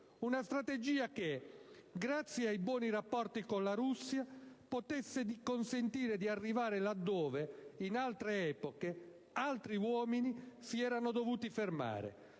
Una strategia che, grazie anche ai buoni rapporti con la Russia, potesse consentire di arrivare laddove in altre epoche altri uomini si erano dovuti fermare,